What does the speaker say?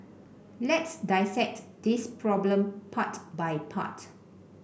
let's dissect this problem part by part